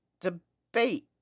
debate